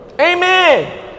Amen